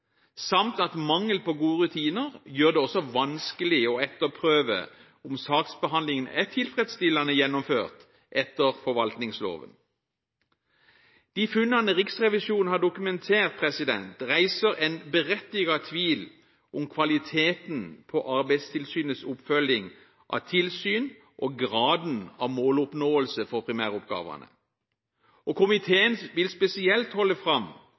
samt at mangel på gode rutiner gjør det vanskelig å etterprøve om saksbehandlingen er tilfredsstillende gjennomført etter forvaltningsloven. De funnene Riksrevisjonen har dokumentert, reiser en berettiget tvil om kvaliteten på Arbeidstilsynets oppfølging av tilsyn og graden av måloppnåelse for primæroppgavene, og komiteen vil spesielt holde fram